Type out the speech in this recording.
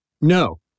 No